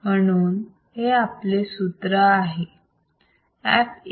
म्हणून हे आपले सूत्र आहे